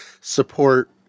support